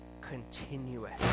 continuous